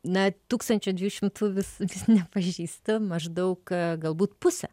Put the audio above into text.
na tūkstančio dviejų šimtų vis nepažįstu maždaug galbūt pusę